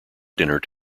dinner